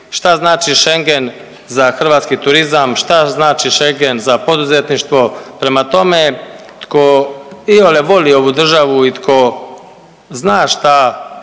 šta znači Schengen za hrvatski turizam, šta znači Schengen za poduzetništvo. Prema tome, tko iole voli ovu državu i tko zna šta